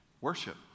worship